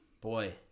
Boy